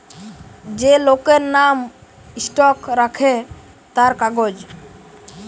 যে লোকের নাম স্টক রাখে তার কাগজ